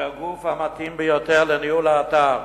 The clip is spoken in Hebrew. כגוף המתאים ביותר לניהול האתר,